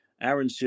Aaron